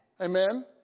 Amen